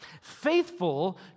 Faithful